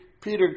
Peter